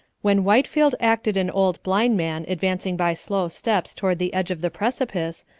when whitefield acted an old blind man advancing by slow steps toward the edge of the precipice,